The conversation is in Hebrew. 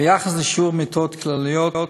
ביחס לשיעור מיטות כלליות,